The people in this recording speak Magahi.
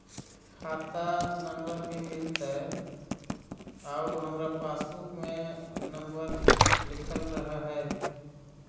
खाता नंबर भी मिलतै आउ हमरा पासबुक में नंबर लिखल रह है?